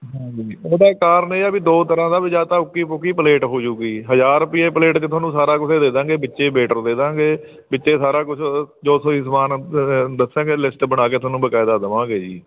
ਹਾਂਜੀ ਉਹਦਾ ਕਾਰਨ ਇਹ ਆ ਵੀ ਦੋ ਤਰ੍ਹਾਂ ਦਾ ਵੀ ਜਾਂ ਤਾਂ ਉੱਕੀ ਮੁੱਕੀ ਪਲੇਟ ਹੋਜੂਗੀ ਹਜ਼ਾਰ ਰੁਪਏ ਪਲੇਟ 'ਚ ਤੁਹਾਨੂੰ ਸਾਰਾ ਕੁਛ ਦੇਦਾਂਗੇ ਵਿੱਚੇ ਵੇਟਰ ਦੇ ਦਾਂਗੇ ਵਿੱਚੇ ਸਾਰਾ ਕੁਛ ਜੋ ਤੁਸੀਂ ਸਮਾਨ ਦੱਸਾਂਗੇ ਲਿਸਟ ਬਣਾ ਕੇ ਤੁਹਾਨੂੰ ਬਕਾਇਦਾ ਦਵਾਂਗੇ ਜੀ